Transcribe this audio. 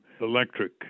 electric